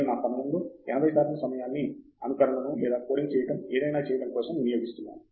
నేను నా సమయంలో 80 శాతం సమయాన్ని అనుకరణను లేదా కోడింగ్ చేయడం ఏదైనా చేయడం కోసం వినియోగిస్తున్నాను